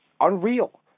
Unreal